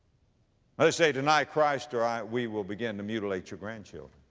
or they say, deny christ or i, we will begin to mutilate your grandchildren.